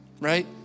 right